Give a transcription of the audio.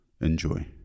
Enjoy